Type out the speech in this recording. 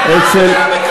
הלוואי,